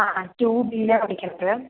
ആ റ്റൂ ബിയിലാണ് പഠിക്കണത്